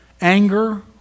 anger